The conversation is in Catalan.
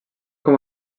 com